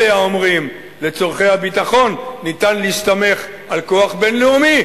אלה האומרים: לצורכי הביטחון ניתן להסתמך על כוח בין-לאומי,